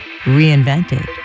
reinvented